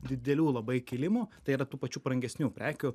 didelių labai kilimo tai yra tų pačių brangesnių prekių